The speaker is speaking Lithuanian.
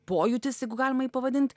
pojūtis jeigu galima jį pavadint